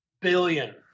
billion